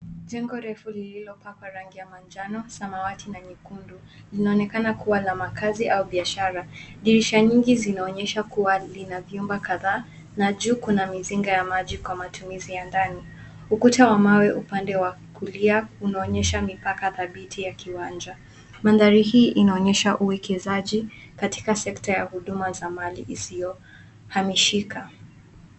Jengo refu lililopakwa rangi ya manjano, samawati na nyekundu. Linaonekana kuwa la makazi au biashara. Dirisha nyingi zinaonyesha kuwa lina vyumba kadhaa, na juu kuna mizinga ya maji kwa matumizi ya ndani. Ukuta wa mawe upande wa kulia unaonyesha mipaka dhabiti ya kiwanja. Mandhari hii inaonyesha uwekezaji katika sekta ya huduma za mali isiyohamishika.